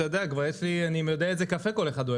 אני יודע איזה קפה כל אחד אוהב.